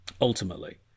ultimately